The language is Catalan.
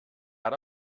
ara